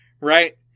right